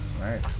right